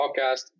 podcast